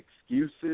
excuses